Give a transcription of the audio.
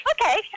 okay